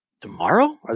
Tomorrow